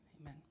amen